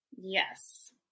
Yes